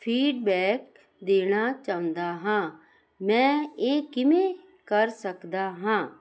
feedback ਦੇਣਾ ਚਾਹੁੰਦਾ ਹਾਂ ਮੈਂ ਇਹ ਕਿਵੇਂ ਕਰ ਸਕਦਾ ਹਾਂ